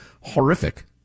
horrific